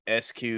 SQ